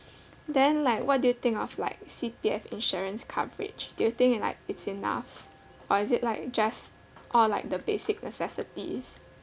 then like what do you think of like C_P_F insurance coverage do you think it like it's enough or is it like just all like the basic necessities